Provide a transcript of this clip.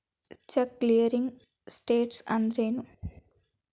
Check clearing status ಅಂದ್ರೇನು?